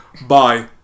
Bye